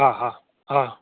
હા હા હા